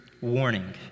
warning